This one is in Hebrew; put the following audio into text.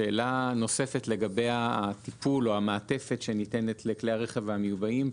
שאלה נוספת לגבי הטיפול או המעטפת שניתנת לכלי הרכב המיובאים.